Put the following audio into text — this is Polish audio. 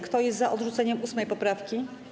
Kto jest za odrzuceniem 8. poprawki?